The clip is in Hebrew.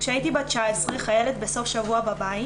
כשהייתי בת 19 חיילת בסוף שבוע בבית,